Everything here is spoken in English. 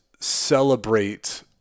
celebrate